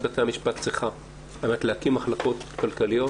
בתי המשפט צריכה על מנת להקים מחלקות כאלה,